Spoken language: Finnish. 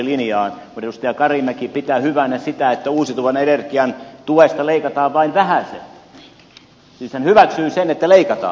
kun edustaja karimäki pitää hyvänä sitä että uusiutuvan energian tuesta leikataan vain vähäsen siis hän hyväksyy sen että leikataan